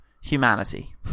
humanity